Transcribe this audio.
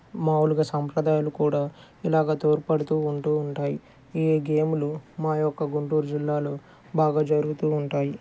మామూలుగా సంప్రదాయాలు కూడా ఇలాగ తోడ్పడుతూ ఉంటూ ఉంటాయి ఈ గేములు మా యొక్క గుంటూరు జిల్లాలో బాగా జరుగుతూ ఉంటాయి